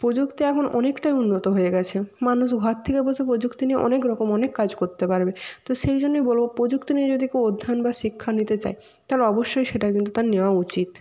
প্রযুক্তি এখন অনেকটাই উন্নত হয়ে গেছে মানুষ ঘর থেকে বসে প্রযুক্তি নিয়ে অনেক রকম অনেক কাজ করতে পারবে তো সেই জন্যেই বলবো প্রযুক্তি নিয়ে যদি কেউ অধ্যায়ন বা শিক্ষা নিতে চায় তাহলে অবশ্যই সেটা কিন্তু তার নেওয়া উচিত